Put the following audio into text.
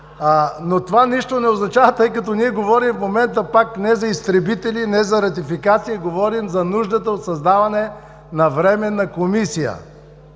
Това нищо не означава, тъй като ние говорим в момента не за изтребители, не за ратификации, говорим за нуждата от създаване на Временна комисия